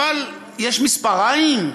אבל יש מספריים?